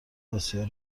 آسیا